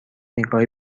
نگاهی